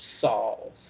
solve